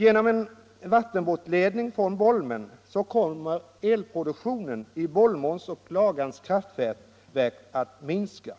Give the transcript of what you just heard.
Genom en vattenbortledning från Bolmen kommer elproduktionen i Bolmåns och Lagans kraftverk att minska.